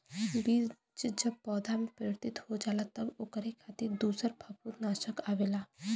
बीज जब पौधा में परिवर्तित हो जाला तब ओकरे खातिर दूसर फंफूदनाशक आवेला